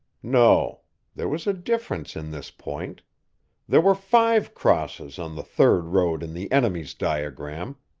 no there was a difference in this point there were five crosses on the third road in the enemy's diagram,